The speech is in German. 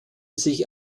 sich